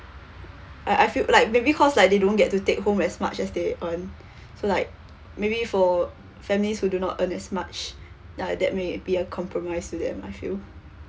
I I feel like maybe cause like they don't get to take home as much as they earn so like maybe for families who do not earn as much uh that may be a compromise to them I feel